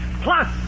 plus